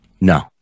No